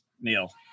Neil